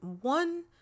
one